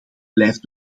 blijft